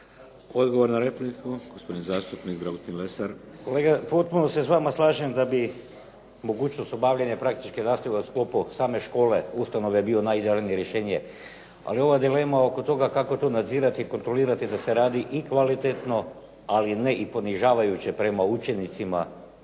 Odgovor na repliku, gospodin zastupnik Dragutin Lesar. **Lesar, Dragutin (Nezavisni)** Kolega potpuno se s vama slažem da bi mogućnost obavljanja praktične nastave u sklopu same škole ustanove bio najidealnije rješenje, ali ova dilema oko toga kako to nadzirati i kontrolirati da se radi i kvalitetno, ali ne i ponižavajuće prema učenicima